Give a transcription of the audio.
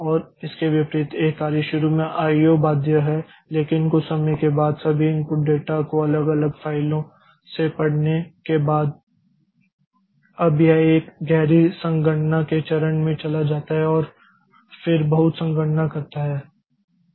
और इसके विपरीत एक कार्य शुरू में IO बाध्य है लेकिन कुछ समय के बाद सभी इनपुट डेटा को अलग अलग फ़ाइलों से पढ़ने के बाद अब यह एक गहरी संगणना के चरण में चला जाता है और फिर बहुत संगणना करता है